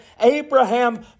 Abraham